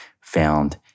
found